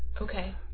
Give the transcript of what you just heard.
Okay